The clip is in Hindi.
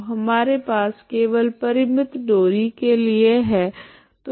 तो हमारे पास केवल परिमित डोरी के लिए है